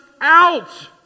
out